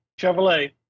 Chevrolet